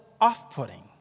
off-putting